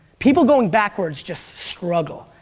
people going backwards just struggle.